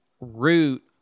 root